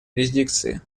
юрисдикции